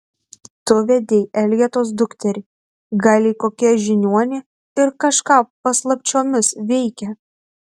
tu vedei elgetos dukterį gal ji kokia žiniuonė ir kažką paslapčiomis veikia